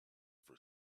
for